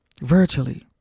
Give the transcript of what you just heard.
virtually